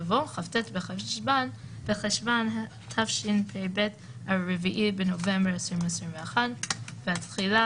יבוא "כ״ט בחשוון התשפ״ב (4 בנובמבר 2021)". תחילה